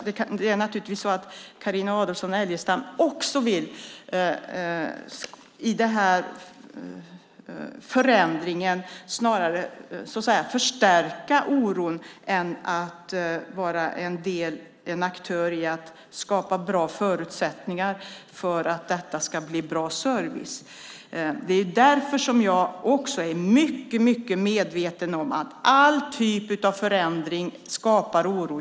Det är naturligtvis så att Carina Adolfsson Elgestam snarare vill förstärka oron i förändringen än att vara aktör i att skapa bra förutsättningar för att det ska bli bra service. Jag är också mycket medveten om att all typ av förändring skapar oro.